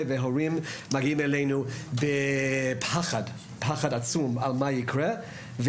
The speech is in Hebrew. הורים מגיעים אלינו בפחד עצום על מה יקרה,